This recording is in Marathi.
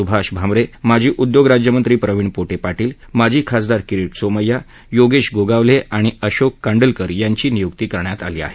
सुभाष भामरे माजी उदयोग राज्यमंत्री प्रवीण पोठे पाधील माजी खासदार किरी सोमय्या योगेश गोगावले आणि अशोक कांडलकर यांची निय्क्ती करण्यात आली आहे